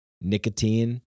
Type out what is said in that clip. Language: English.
nicotine